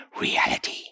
reality